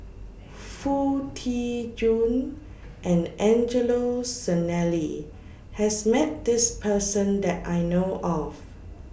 Foo Tee Jun and Angelo Sanelli has Met This Person that I know of